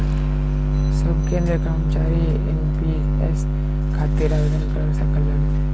सब केंद्र कर्मचारी एन.पी.एस खातिर आवेदन कर सकलन